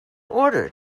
order